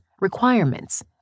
requirements